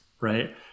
right